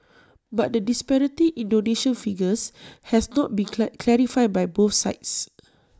but the disparity in donation figures has not been clack clarified by both sides